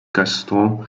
gaston